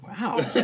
Wow